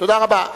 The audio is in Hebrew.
תודה רבה.